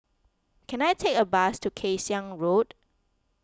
can I take a bus to Kay Siang Road